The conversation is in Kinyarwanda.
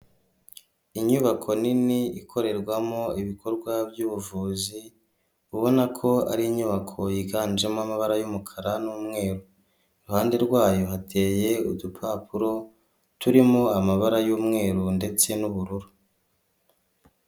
Inyubako nini ikorerwamo ibikorwa by'ubuvuzi ubona ko ari inyubako yiganjemo amabara y'umukara n'umweru ,iruhande rwayo hateye udupapuro turimo amabara y'umweru ndetse n'ubururu.